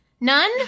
None